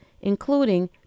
including